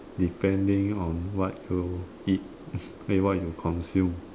depending on what you eat eh what you consume